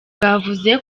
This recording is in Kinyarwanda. bwavuze